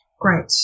great